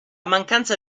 mancanza